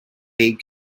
big